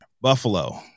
buffalo